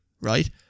Right